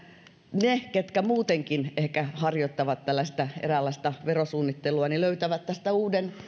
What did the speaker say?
ne jotka muutenkin ehkä harjoittavat tällaista eräänlaista verosuunnittelua löytävät tästä uuden